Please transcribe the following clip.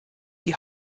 die